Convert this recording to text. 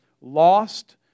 lost